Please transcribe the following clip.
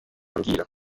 ambwira